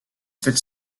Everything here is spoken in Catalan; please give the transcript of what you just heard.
fets